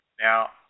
Now